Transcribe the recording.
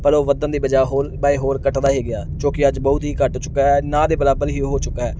ਪਰ ਉਹ ਵੱਧਣ ਦੀ ਬਜਾਏ ਹੋਰ ਬਾਏ ਹੋਰ ਘੱਟਦਾ ਹੀ ਗਿਆ ਜੋ ਕਿ ਅੱਜ ਬਹੁਤ ਹੀ ਘੱਟ ਚੁੱਕਾ ਹੈ ਨਾ ਦੇ ਬਰਾਬਰ ਹੀ ਹੋ ਚੁੱਕਾ ਹੈ